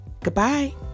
Goodbye